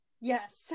yes